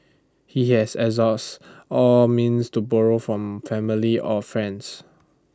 he had exhaust all means to borrow from family or friends